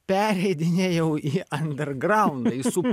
pereidinėjau į ambergraundą į sub